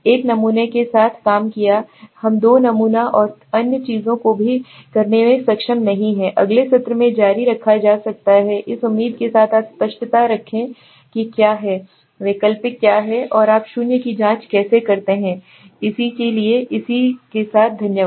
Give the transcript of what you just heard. एक नमूने के साथ काम किया हम दो नमूना और अन्य चीजों को भी करने में सक्षम नहीं हैं अगले सत्र में जारी रखा जा सकता है इस उम्मीद से कि आप स्पष्टता रहे हैं कि क्या है वैकल्पिक क्या है और आप शून्य की जांच कैसे करते हैं इसलिए इसे आगे के सत्र में धन्यवाद